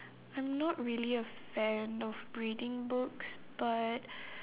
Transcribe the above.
I'm not really a fan of reading books but